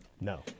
No